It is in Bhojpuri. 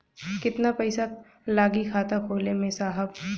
कितना पइसा लागि खाता खोले में साहब?